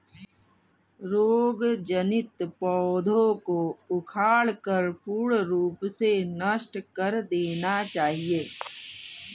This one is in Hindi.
रोग जनित पौधों को उखाड़कर पूर्ण रूप से नष्ट कर देना चाहिये